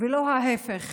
ולא ההפך.